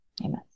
Amen